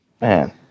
Man